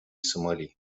сомали